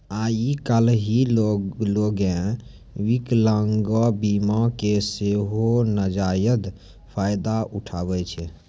आइ काल्हि लोगें विकलांगता बीमा के सेहो नजायज फायदा उठाबै छै